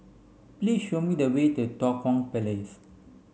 please show me the way to Tua Kong Place